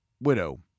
widow